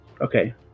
Okay